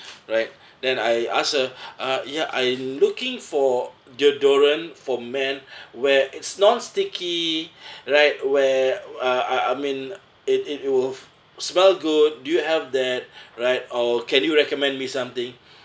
right then I ask her ah ya I'm looking for deodorant for men where it's non sticky right where I I mean it it will smell good do you have that right or can you recommend me something